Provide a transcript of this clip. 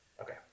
Okay